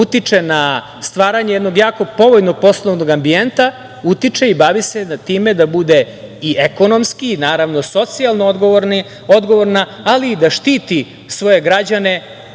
utiče na stvaranje jednog jako povoljnog poslovnog ambijenta, utiče i bavi se time da bude i ekonomski i naravno socijalno odgovorna, ali i da štiti svoje građane